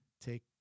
Take